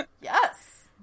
Yes